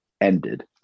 ended